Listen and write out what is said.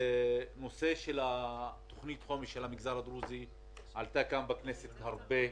נושא תוכנית החומש של המגזר הדרוזי עלה כאן בכנסת הרבה פעמים.